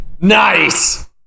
nice